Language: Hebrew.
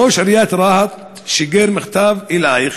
ראש עיריית רהט שיגר מכתב אלייך,